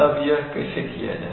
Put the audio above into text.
अब यह कैसे किया जाए